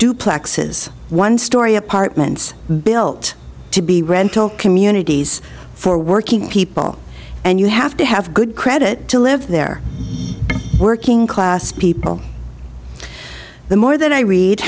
duplexes one story apartments built to be rental communities for working people and you have to have good credit to live there working class people the more that i read